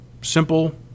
simple